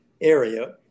area